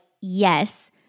yes